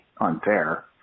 unfair